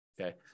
Okay